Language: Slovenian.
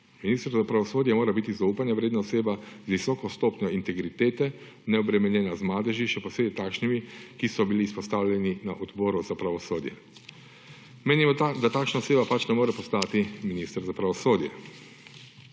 Minister za pravosodje mora biti zaupanja vredna oseba, z visoko stopnjo integritete, neobremenjena z madeži, še posebej takšnimi, ki so bili izpostavljeni na Odboru za pravosodje. Menimo, da takšna oseba pač ne more postati minister za pravosodje.